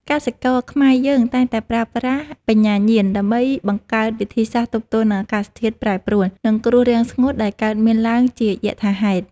កសិករខ្មែរយើងតែងតែប្រើប្រាស់បញ្ញាញាណដើម្បីបង្កើតវិធីសាស្ត្រទប់ទល់នឹងអាកាសធាតុប្រែប្រួល និងគ្រោះរាំងស្ងួតដែលកើតមានឡើងជាយថាហេតុ។